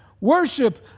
worship